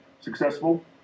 successful